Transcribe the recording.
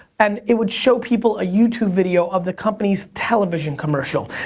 and it would show people a youtube video of the company's television commercial.